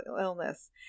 illness